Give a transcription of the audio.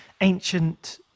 ancient